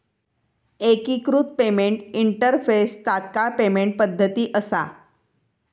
एकिकृत payment interface तात्काळ payment पद्धती असा